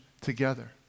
together